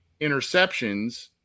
interceptions –